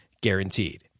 guaranteed